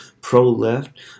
pro-left